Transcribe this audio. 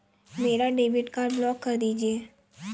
मेरा debit card block कर दीजिए